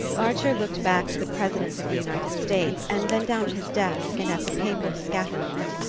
archer looked back to the president of the united states, and then down at his desk and at the papers scattered on it.